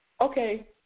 okay